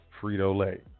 Frito-Lay